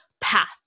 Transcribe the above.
path